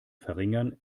verringern